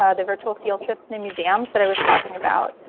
ah the virtual field trips and in museums that i was talking about.